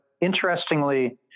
interestingly